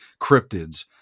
cryptids